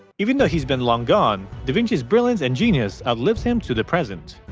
even though he's been long gone, da vinci's brilliance and genius outlives him to the present.